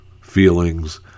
feelings